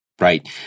Right